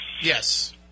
Yes